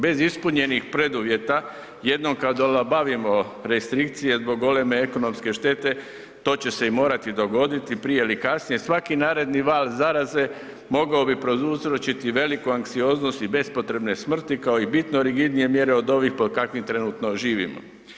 Bez ispunjenih preduvjeta jednom kad olabavimo restrikcije zbog goleme ekonomske štete, to će se i morati dogoditi prije ili kasnije, svaki naredni val zaraze mogao bi prouzročiti veliku anksioznost i bespotrebne smrti, kao i bitno rigidnije mjere od ovih pod kakvim trenutno živimo.